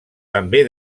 també